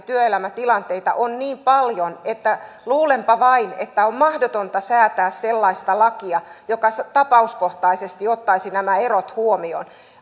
työelämätilanteita on niin paljon että luulenpa vain että on mahdotonta säätää sellaista lakia joka tapauskohtaisesti ottaisi nämä erot huomioon